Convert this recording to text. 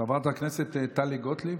חברת הכנסת טלי גוטליב.